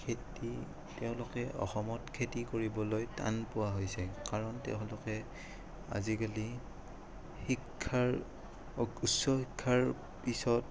খেতি তেওঁলোকে অসমত খেতি কৰিবলৈ টান পোৱা হৈছে কাৰণ তেওঁলোকে আজিকালি শিক্ষাৰ উচ্চ শিক্ষাৰ পিছত